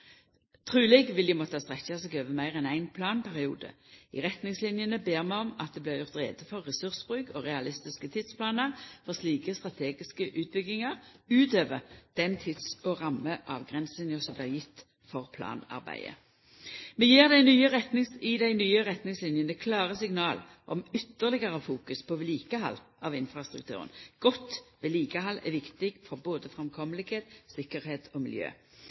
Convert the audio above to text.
Truleg vil dei måtta strekkja seg over meir enn ein planperiode. I retningslinene ber vi om at det blir gjort greie for ressursbruk og realistiske tidsplanar for slike strategiske utbyggingar – utover den tids- og rammeavgrensinga som blir gjeve for planarbeidet. Vi gjev i dei nye retningslinene klare signal om ytterlegare fokus på vedlikehald av infrastrukturen. Godt vedlikehald er viktig for både framkomst, tryggleik og miljø.